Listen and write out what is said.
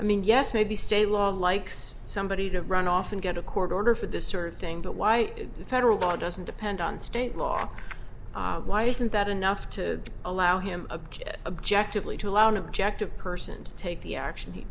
i mean yes maybe state law likes somebody to run off and get a court order for this sort of thing but why the federal law doesn't depend on state law why isn't that enough to allow him a good objective lead to allow an objective person to take the action he